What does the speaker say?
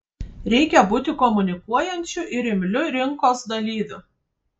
reikia būti komunikuojančiu ir imliu rinkos dalyviu